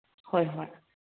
ꯍꯣꯏ ꯍꯣꯏ